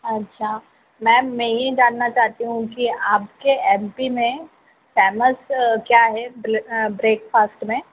अच्छा मैम मैं यह जानना चाहती हूँ कि आपके एम पी में फेमस क्या है ब्रेकफ़ास्ट में